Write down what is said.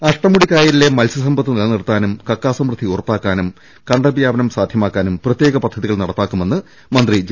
അഷ്ടമുടിക്കായലിലെ മത്സൃസമ്പത്ത് നിലനിർത്താനും കക്കാസ മൃദ്ധി ഉറപ്പാക്കാനും കണ്ടൽവ്യാപനം സാധ്യമാക്കാനും പ്രത്യേക പദ്ധ തികൾ നടപ്പാക്കുമെന്ന് മന്ത്രി ജെ